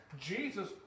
Jesus